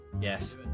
Yes